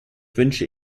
wünsche